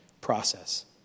process